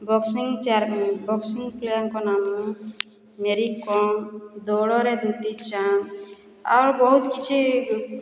boxing boxing ପ୍ଲେୟାର୍ଙ୍କ ନାମ ମେରିକମ ଦୌଡ଼ରେ ଦୁତି ଚାନ୍ଦ ଆର୍ ବହୁତ କିଛି